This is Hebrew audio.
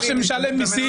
שמשלם מיסים,